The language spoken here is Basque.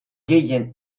gehien